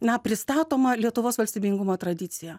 na pristatoma lietuvos valstybingumo tradicija